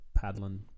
paddling